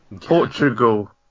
Portugal